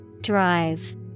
Drive